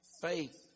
Faith